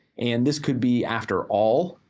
and this could be after all,